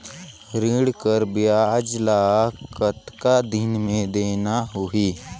ऋण कर ब्याज ला कतेक दिन मे देना होही?